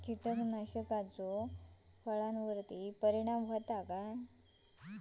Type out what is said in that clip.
कीटकनाशकाचो फळावर्ती परिणाम जाता काय?